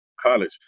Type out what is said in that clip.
college